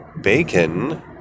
bacon